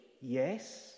Yes